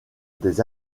des